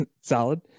Solid